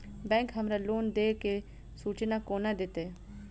Bank हमरा loan देय केँ सूचना कोना देतय?